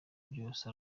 byose